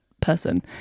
person